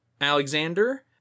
Alexander